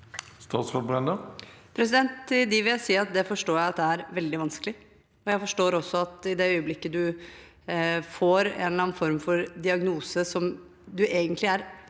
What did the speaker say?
dem vil jeg si at det forstår jeg er veldig vanskelig. Jeg forstår også at i det øyeblikket du får en eller annen form for diagnose, som du egentlig er